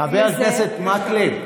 חבר הכנסת מקלב.